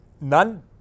none